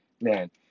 man